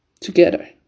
together